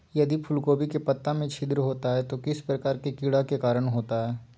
यदि फूलगोभी के पत्ता में छिद्र होता है तो किस प्रकार के कीड़ा के कारण होता है?